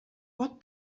pot